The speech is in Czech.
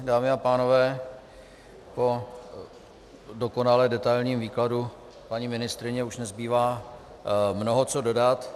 Dámy a pánové, po dokonale detailním výkladu paní ministryně už nezbývá mnoho co dodat.